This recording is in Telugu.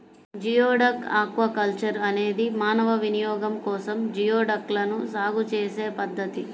జియోడక్ ఆక్వాకల్చర్ అనేది మానవ వినియోగం కోసం జియోడక్లను సాగు చేసే పద్ధతి